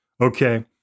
Okay